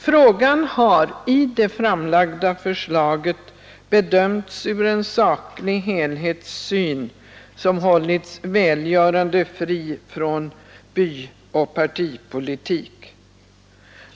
Frågan har i det framlagda förslaget bedömts över en saklig helhetssyn som hållits välgörande fri från byoch partipolitik.